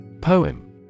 Poem